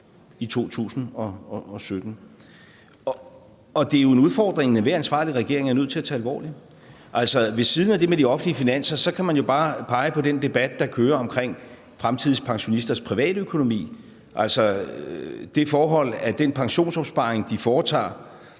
i 2017. Det er jo en udfordring, enhver ansvarlig regering er nødt til at tage alvorligt. Altså, ved siden af det med de offentlige finanser kan man jo bare pege på den debat, der kører om fremtidens pensionisters privatøkonomi, altså det forhold, at den pensionsopsparing, de foretager,